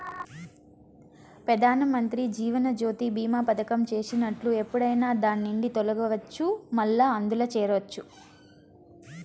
పెదానమంత్రి జీవనజ్యోతి బీమా పదకం చేసినట్లు ఎప్పుడైనా దాన్నిండి తొలగచ్చు, మల్లా అందుల చేరచ్చు